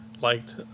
liked